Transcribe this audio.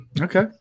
Okay